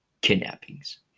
kidnappings